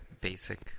basic